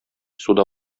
суда